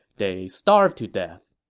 they starved to death